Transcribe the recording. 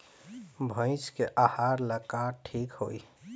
भइस के आहार ला का ठिक होई?